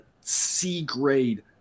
C-grade